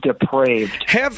depraved